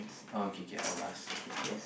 okay okay I'll ask okay